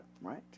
right